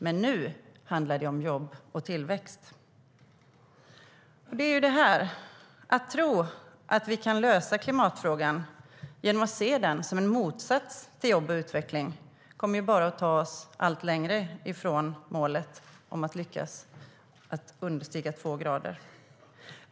Men nu handlar det om jobb och tillväxt. Detta - att tro att vi kan lösa klimatfrågan genom att se den som en motsats till jobb och utveckling - kommer bara att ta oss allt längre ifrån målet om att lyckas understiga två grader.